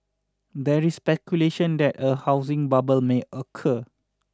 there is speculation that a housing bubble may occur